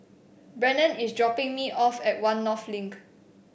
Brennen is dropping me off at One North Link